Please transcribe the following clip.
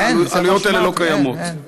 העלויות האלה לא קיימות.